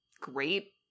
great